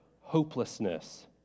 hopelessness